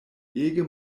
ege